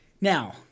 Now